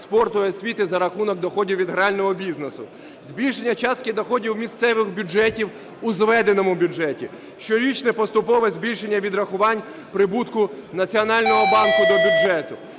спорту і освіти за рахунок доходів від грального бізнесу; збільшення частки доходів місцевих бюджетів у зведеному бюджеті; щорічне поступове збільшення відрахувань прибутку Національного банку до бюджету;